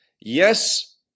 yes